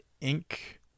ink